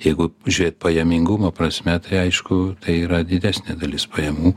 jeigu žiūrėt pajamingumo prasme tai aišku tai yra didesnė dalis pajamų